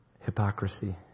hypocrisy